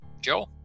Joe